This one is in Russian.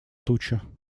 тучи